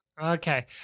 Okay